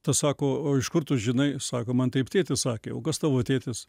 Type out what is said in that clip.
tas sako o iš kur tu žinai sako man taip tėtis sakė o kas tavo tėtis